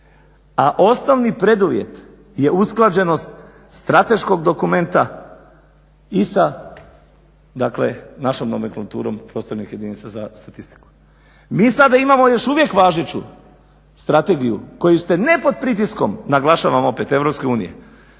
a osnovni preduvjet je usklađenost strateškog dokumenta i sa dakle našom nomenklaturom prostornih jedinica za statistiku. Mi sada imamo još uvijek važeću strategiju koju ste ne pod pritiskom, naglašavam opet EU,